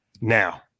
Now